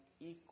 equal